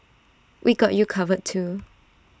we got you covered too